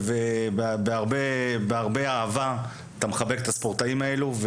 ובהרבה אהבה אתה מחבק את הספורטאים האלה,